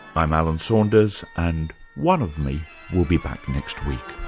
i'm alan saunders and one of me will be back next week.